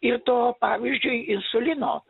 ir to pavyzdžiui insulino